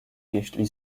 jeśli